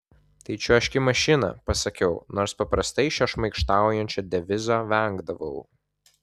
tai čiuožk į mašiną pasakiau nors paprastai šio šmaikštaujančio devizo vengdavau